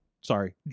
sorry